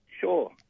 Sure